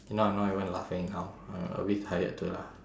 now I'm not even laughing how I'm a bit tired to laugh